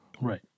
Right